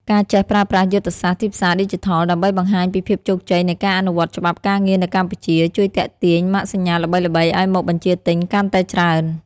ការចេះប្រើប្រាស់យុទ្ធសាស្ត្រទីផ្សារឌីជីថល ដើម្បីបង្ហាញពីភាពជោគជ័យនៃការអនុវត្តច្បាប់ការងារនៅកម្ពុជា ជួយទាក់ទាញម៉ាកសញ្ញាល្បីៗឱ្យមកបញ្ជាទិញកាន់តែច្រើន។